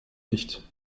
nicht